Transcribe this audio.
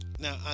Now